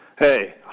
Hey